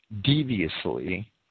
deviously